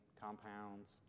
compounds